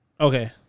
Okay